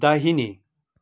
दाहिने